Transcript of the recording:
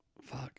Fuck